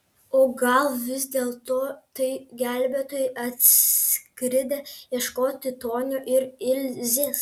o gal vis dėlto tai gelbėtojai atskridę ieškoti tonio ir ilzės